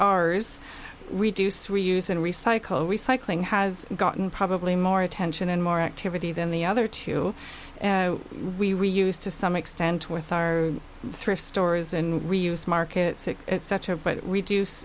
r s reduce reuse and recycle recycling has gotten probably more attention and more activity than the other two we re used to some extent with our thrift stores and we use market sick etc but reduce